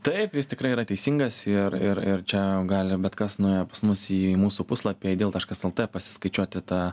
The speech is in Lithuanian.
taip jis tikrai yra teisingas ir ir ir čia gali bet kas nuėję pas mus į mūsų puslapį eidyl taškas lt pasiskaičiuoti tą